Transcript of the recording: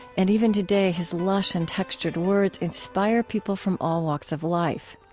and even today, his lush and textured words inspire people from all walks of life.